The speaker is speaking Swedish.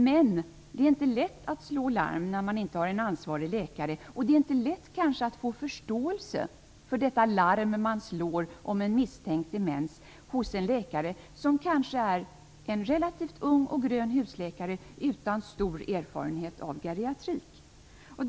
Men det är inte lätt att slå larm när det inte finns en ansvarig läkare, och det är inte lätt att få förståelse hos en läkare som kanske är en relativt ung och grön husläkare utan stor erfarenhet av geriatrik för det larm man slår om misstänkt demens.